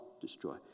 destroy